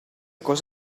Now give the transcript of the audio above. cosa